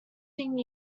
thing